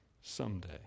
Someday